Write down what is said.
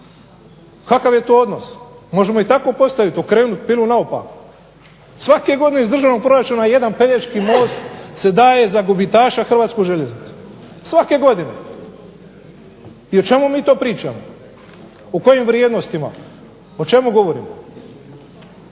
Kakav je to odnos? Možemo i tako postaviti, okrenuti temu naopako. Svake godine iz državnog proračuna jedan Pelješki most se daje za gubitaša Hrvatsku željeznicu, svake godine. I o čemu mi to pričamo. O kojim vrijednostima, o čemu govorimo? Dakle,